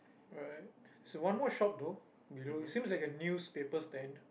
right so one more shop though below seems like a newspaper stand